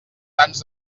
tants